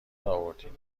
آوردین